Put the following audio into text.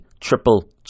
triple